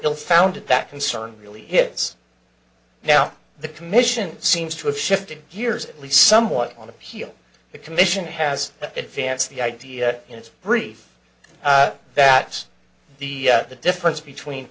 bill founded that concern really hits now the commission seems to have shifted gears at least somewhat on appeal the commission has advanced the idea in its brief that the the difference between